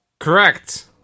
Correct